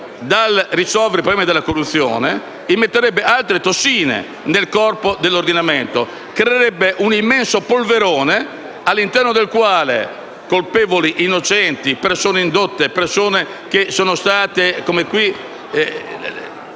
dal risolvere i problemi della corruzione, introdurrebbe altre tossine nel corpo dell'ordinamento, creando un immenso polverone, all'interno del quale colpevoli, innocenti, persone indotte o che simulino di